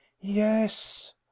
yes